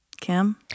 Kim